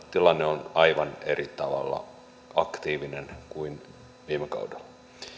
tilanne on aivan eri tavalla aktiivinen kuin viime kaudella